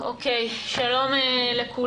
שאלוהים ישמור אותנו.